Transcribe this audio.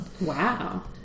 Wow